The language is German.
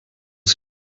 das